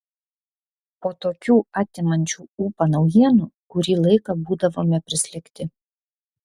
po tokių atimančių ūpą naujienų kurį laiką būdavome prislėgti